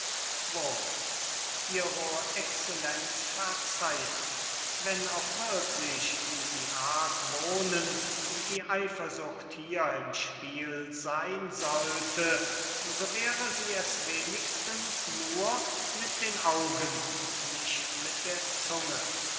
excellenz verzeihen wenn auch wirklich wie sie argwohnen die eifersucht hier im spiel sein sollte so wäre sie es wenigstens nur mit den augen und nicht mit der zunge